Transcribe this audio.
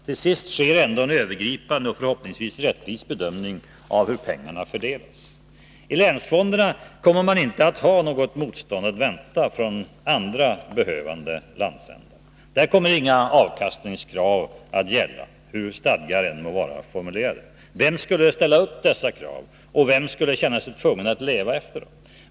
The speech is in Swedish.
Till sist sker ändå en övergripande och förhoppningsvis rättvis bedömning av hur pengarna skall fördelas. I länsfonderna kommer man inte att ha något motstånd att vänta från andra behövande landsändar. Där kommer inga avkastningskrav att gälla, hur stadgarna än må vara formulerade. Vem skulle ställa upp dessa krav och vem skulle känna sig tvungen att leva efter dem?